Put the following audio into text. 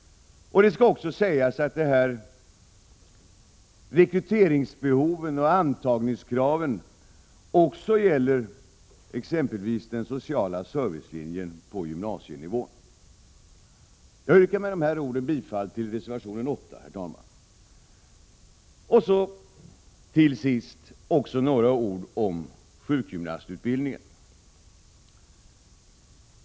Det skall också sägas att frågan om dessa rekryteringsbehov och antagningskrav även gäller exempelvis den sociala servicelinjen på gymnasienivå. Herr talman! Med dessa ord yrkar jag bifall till reservation 8. Till sist också några ord om sjukgymnastutbildningen.